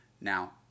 Now